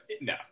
No